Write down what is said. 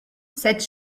cette